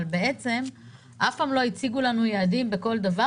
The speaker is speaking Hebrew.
אבל בעצם אף פעם לא הציגו לנו יעדים בכל נושא,